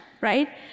right